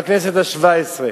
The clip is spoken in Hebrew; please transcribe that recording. בכנסת השבע-עשרה.